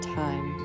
time